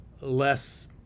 less